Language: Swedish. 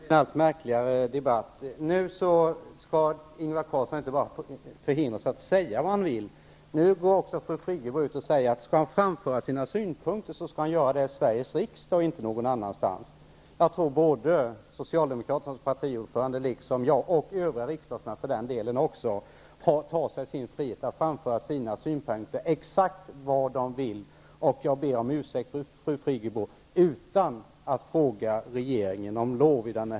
Herr talman! Debatten blir allt märkligare. Nu skall Ingvar Carlsson inte förhindras att säga vad han vill, utan nu säger fru Friggebo att om han har synpunkter att framföra skall han göra det i Sveriges riksdag och inte någon annanstans. Jag tror att socialdemokraternas partiordförande, liksom jag själv och övriga riksdagsledamöter för den delen också, tar sig friheten att framföra sina synpunkter exakt var de vill och -- jag ber om ursäkt, fru Friggebo! -- utan att fråga regeringen om lov.